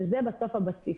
וזה בסוף הבסיס.